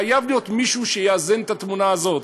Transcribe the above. חייב להיות מישהו שיאזן את התמונה הזאת.